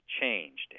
changed